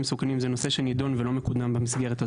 מסוכנים הוא נושא שנידון ולא מקודם במסגרת.